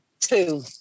Two